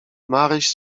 maryś